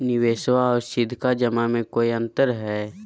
निबेसबा आर सीधका जमा मे कोइ अंतर हय?